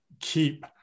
keep